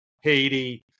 Haiti